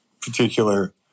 particular